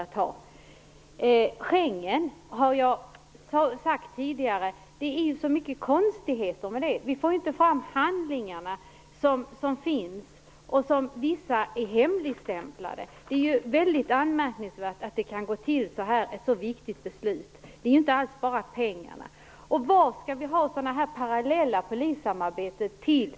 När det gäller Schengensamarbetet finns det som jag tidigare sade så mycket konstigheter. Vi får inte fram handlingarna som finns. Vissa är hemligstämplade. Det är mycket anmärkningsvärt att det kan gå till så här i ett så viktigt beslut. Det handlar ju inte alls bara om pengarna. Vad skall vi ha sådana här parallella polissamarbeten till?